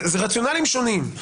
זה רציונלים שונים.